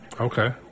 okay